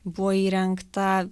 buvo įrengta